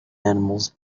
animals